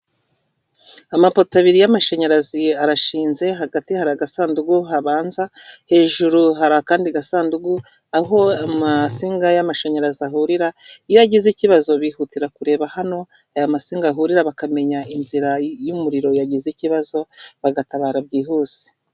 Amapoto abiri y'amashanyarazi arashinze, hagati hari agasanduku habanza, hejuru hari akandi gasanduku aho amasinga y'amashanyarazi ahurira, iyo agize ikibazo bihutira kureba hano aya masinga ahurira, bakamenya inzira y'umuriro yagize ikibazo, bagatabara byihuse.